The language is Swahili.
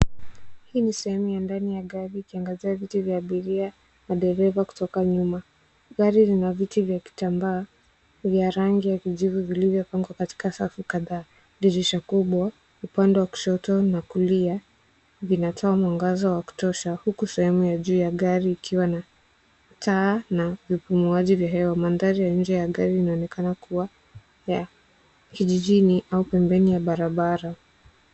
Hii ni sehemu ya ndani ya gari ikiangazia viti vya abiria na dereva kutoka nyuma. Gari lina viti vya kitambaa ya rangi ya kijivu vilivyopangwa katika safu kadhaa dirisha kubwa upande wa kushoto na kulia vinatoa mwangaza wa kutosha huku sehemu ya juu ya gari ikiwa na taa na vipumuaji vya hewa. Mandahari ya nje ya gari inaonekana kuwa ya kijijini au pembeni ya barabara.